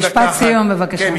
משפט סיום בבקשה.